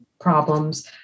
problems